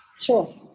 Sure